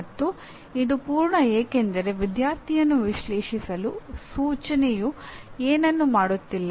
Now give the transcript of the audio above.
ಮತ್ತು ಇದು ಪೂರ್ಣ ಏಕೆಂದರೆ ವಿದ್ಯಾರ್ಥಿಯನ್ನು ವಿಶ್ಲೇಷಿಸಲು ಸೂಚನೆಯು ಏನನ್ನೂ ಮಾಡುತ್ತಿಲ್ಲ